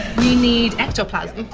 we need ectoplasm.